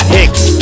Hicks